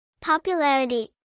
Popularity